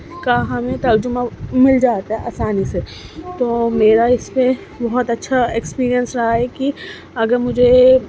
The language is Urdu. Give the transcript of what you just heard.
کا ہمیں ترجمہ مل جاتا ہے آسانی سے تو میرا اس پہ بہت اچھا ایکپیریئنس رہا ہے کہ اگر مجھے